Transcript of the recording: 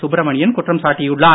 சுப்ரமணியன் குற்றம் சாட்டியுள்ளார்